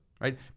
Right